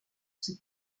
ses